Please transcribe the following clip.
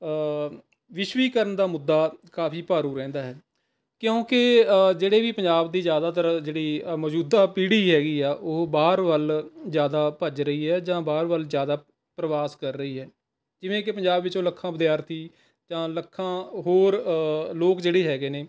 ਵਿਸ਼ਵੀਕਰਨ ਦਾ ਮੁੱਦਾ ਕਾਫੀ ਭਾਰੂ ਰਹਿੰਦਾ ਹੈ ਕਿਉਂਕਿ ਜਿਹੜੇ ਵੀ ਪੰਜਾਬ ਦੀ ਜ਼ਿਆਦਾਤਰ ਜਿਹੜੀ ਮੌਜੂਦਾ ਪੀੜ੍ਹੀ ਹੈਗੀ ਆ ਉਹ ਬਾਹਰ ਵੱਲ ਜ਼ਿਆਦਾ ਭੱਜ ਰਹੀ ਹੈ ਜਾਂ ਬਾਹਰ ਵੱਲ ਜ਼ਿਆਦਾ ਪ੍ਰਵਾਸ ਕਰ ਰਹੀ ਹੈ ਜਿਵੇਂ ਕਿ ਪੰਜਾਬ ਵਿੱਚੋਂ ਲੱਖਾਂ ਵਿਦਿਆਰਥੀ ਜਾਂ ਲੱਖਾਂ ਹੋਰ ਲੋਕ ਜਿਹੜੇ ਹੈਗੇ ਨੇ